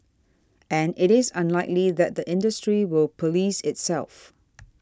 and it is unlikely that the industry will police itself